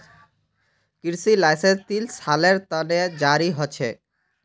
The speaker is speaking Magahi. कृषि लाइसेंस तीन सालेर त न जारी ह छेक